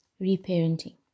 reparenting